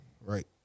right